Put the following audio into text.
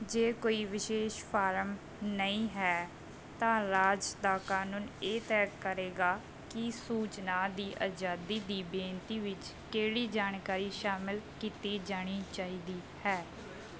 ਜੇ ਕੋਈ ਵਿਸ਼ੇਸ਼ ਫਾਰਮ ਨਹੀਂ ਹੈ ਤਾਂ ਰਾਜ ਦਾ ਕਾਨੂੰਨ ਇਹ ਤੈਅ ਕਰੇਗਾ ਕਿ ਸੂਚਨਾ ਦੀ ਆਜ਼ਾਦੀ ਦੀ ਬੇਨਤੀ ਵਿੱਚ ਕਿਹੜੀ ਜਾਣਕਾਰੀ ਸ਼ਾਮਲ ਕੀਤੀ ਜਾਣੀ ਚਾਹੀਦੀ ਹੈ